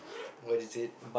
what is it